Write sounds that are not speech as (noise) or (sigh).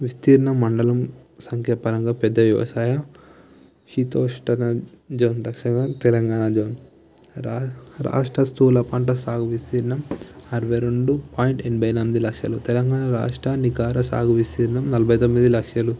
విస్తీర్ణ మండలం సంఖ్యపరంగా పెద్ద వ్యవసాయ శీతోష్టన (unintelligible) తెలంగాణ జోన్ రా రాష్ట్ర స్థూల పంట సాగు విస్తీర్ణం అరవై రెండు పాయింట్ ఎనభై ఎనిమిది లక్షలు తెలంగాణ రాష్ట్రా నికార సాగు విస్తీర్ణం నలభై తొమ్మిది లక్షలు